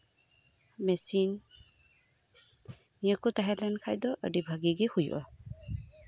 machine ᱱᱤᱭᱟᱹ ᱠᱚ ᱛᱟᱦᱮᱸᱞᱮᱱ ᱠᱷᱟᱱ ᱫᱚ ᱟᱹᱰᱤ ᱵᱷᱟᱜᱮ ᱜᱮ ᱦᱳᱭᱳᱜᱼᱟ